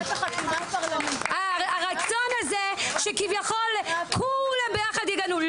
הרצון הזה שכביכול כולם ביחד יגנו,